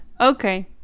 Okay